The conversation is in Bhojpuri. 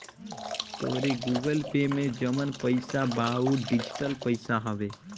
तोहरी गूगल पे में जवन पईसा बा उ डिजिटल पईसा हवे